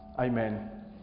Amen